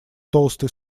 толстый